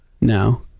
No